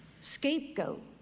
Scapegoat